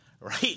right